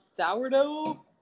sourdough